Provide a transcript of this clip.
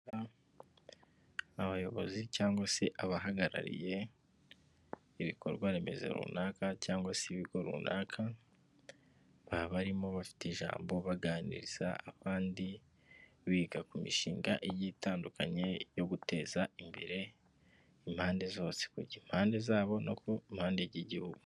Abayobozi cyangwa se abahagarariye ibikorwaremezo runaka, cyangwa se ibigo runaka, baba barimo bafite ijambo baganiriza abandi, biga ku mishinga itandukanye yo guteza imbere impande zose, impande zabo no ku mpande z'igihugu.